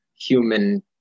human